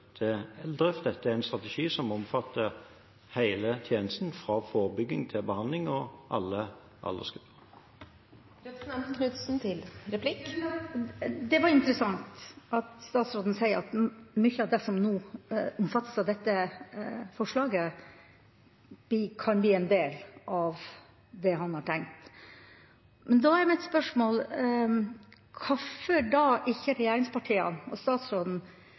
eldre, for dette er en strategi som omfatter hele tjenesten, fra forebygging til behandling, og alle aldersgrupper. Det er interessant at statsråden sier at mye av det som er satset på i dette forslaget, kan bli en del av det han har tenkt. Men da er mitt spørsmål hvorfor regjeringspartiene og statsråden